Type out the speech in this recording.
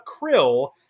Krill